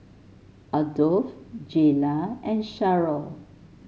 Adolf Jaylah and Sharyl